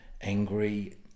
angry